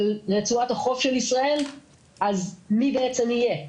רצועת החוף של ישראל אז מי בעצם יהיה?